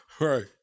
Right